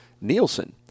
Nielsen